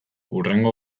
hurrengo